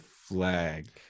flag